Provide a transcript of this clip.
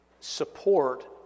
support